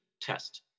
test